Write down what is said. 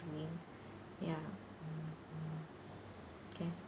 doing ya okay